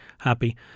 happy